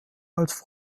als